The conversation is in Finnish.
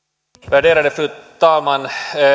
värderade fru talman